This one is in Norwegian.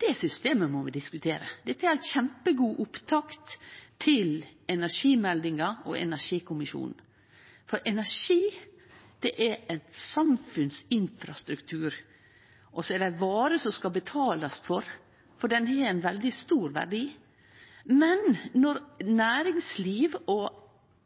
det systemet må vi diskutere. Dette er ei kjempegod opptakt til energimeldinga og energikommisjonen. For energi er både samfunnsinfrastruktur og ei vare som skal betalast for, for han har veldig stor verdi. Men når næringsliv og